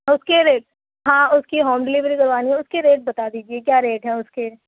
اُس کے ریٹ ہاں اُس کی ہوم ڈلیوری کروانی ہے اُس کے ریٹ بتا دیجیے کیا ریٹ ہیں اُس کے